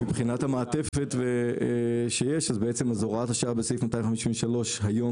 מבחינת המעטפת שיש אז הוראת השעה בסעיף 253 היום